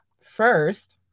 First